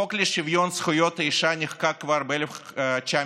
החוק לשוויון זכויות האישה נחקק כבר ב-1951,